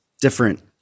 different